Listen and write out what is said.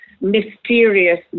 mysterious